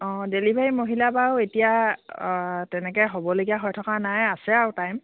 অঁ ডেলিভাৰী মহিলা বাৰু এতিয়া তেনেকৈ হ'বলগীয়া হৈ থকা নাই আছে আৰু টাইম